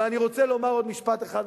אבל אני רוצה לומר עוד משפט אחד,